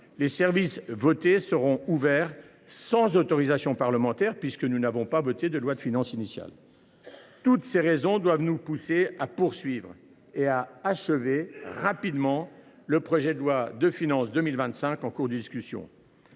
les services votés seront ouverts sans autorisation parlementaire, puisque nous n’avons pas voté de loi de finances initiale. Toutes ces raisons doivent nous pousser à poursuivre et à achever rapidement l’examen du projet de loi de finances pour 2025 en cours de discussion.